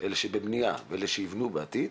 אלה שבבניה ואלה שיבנו בעתיד,